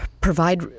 provide